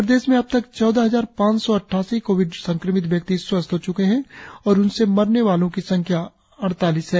प्रदेश में अब तक चौदह हजार पांच सौ अट्टासी कोविड संक्रमित व्यक्ति स्वस्थ हो च्के है और उनसे मरने वालों की संख्या अइतालीस है